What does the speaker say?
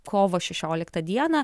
kovo šešioliktą dieną